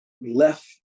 left